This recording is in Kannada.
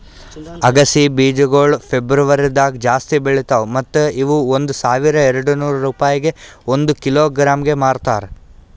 ಅಗಸಿ ಬೀಜಗೊಳ್ ಫೆಬ್ರುವರಿದಾಗ್ ಜಾಸ್ತಿ ಬೆಳಿತಾವ್ ಮತ್ತ ಇವು ಒಂದ್ ಸಾವಿರ ಎರಡನೂರು ರೂಪಾಯಿಗ್ ಒಂದ್ ಕಿಲೋಗ್ರಾಂಗೆ ಮಾರ್ತಾರ